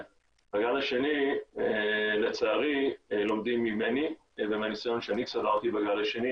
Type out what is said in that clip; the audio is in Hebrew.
ובגל השני לצערי לומדים ממני ומהניסיון שאני צברתי בגל השני,